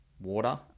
water